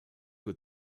with